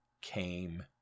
came